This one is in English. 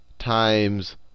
times